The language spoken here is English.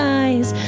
eyes